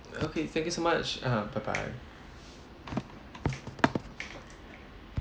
okay thank you so much ah bye bye